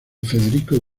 federico